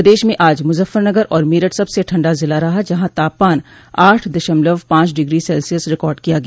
प्रदेश में आज मुजफ्फनगर और मेरठ सबसे ठंडा जिला रहा जहां तापमान आठ दशमलव पांच डिग्री सेल्सियस रिकार्ड किया गया